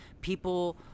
people